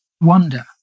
wonder